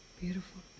beautiful